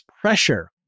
pressure